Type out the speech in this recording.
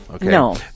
No